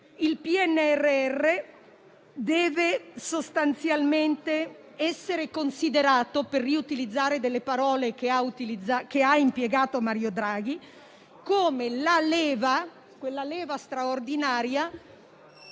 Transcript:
Il PNRR deve sostanzialmente essere considerato - per riutilizzare delle parole del presidente Draghi - come una leva straordinaria